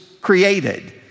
created